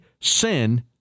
sin